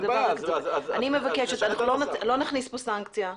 אין בעיה, אז --- אנחנו לא נכניס פה סנקציה,